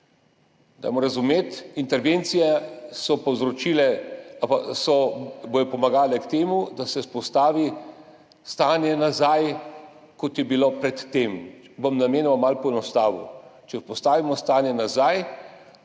Dajmo razumeti, intervencije so povzročile ali pa so in bodo pomagale k temu, da se vzpostavi stanje nazaj, kot je bilo pred tem. Bom namenoma malo poenostavil. Če vzpostavimo stanje nazaj,